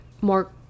more